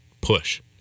push